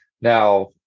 Now